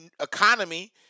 economy